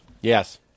Yes